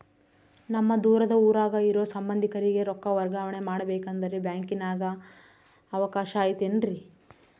ನಮ್ಮ ದೂರದ ಊರಾಗ ಇರೋ ಸಂಬಂಧಿಕರಿಗೆ ರೊಕ್ಕ ವರ್ಗಾವಣೆ ಮಾಡಬೇಕೆಂದರೆ ಬ್ಯಾಂಕಿನಾಗೆ ಅವಕಾಶ ಐತೇನ್ರಿ?